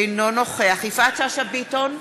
אינו נוכח יפעת שאשא ביטון,